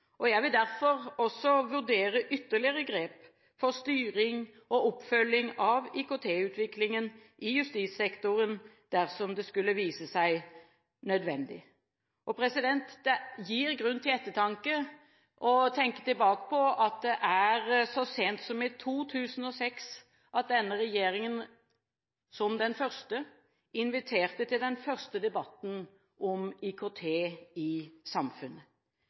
Jeg vil derfor vurdere ytterligere grep for styring og oppfølging av IKT-utviklingen i justissektoren dersom det skulle vise seg nødvendig. Det gir grunn til ettertanke at det var så sent som i 2006 at denne regjeringen, som den første, inviterte til den første debatten om IKT i samfunnet.